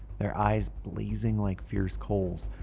their eyes i iblazing like fierce coals,